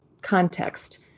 context